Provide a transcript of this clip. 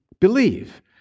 believe